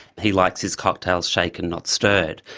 he likes his cocktails shaken not stirred.